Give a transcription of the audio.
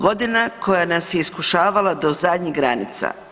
Godina koja nas je iskušavala do zadnjih granica.